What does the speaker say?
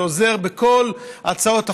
שעוזר בכל הצעות החוק,